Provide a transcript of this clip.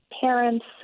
parents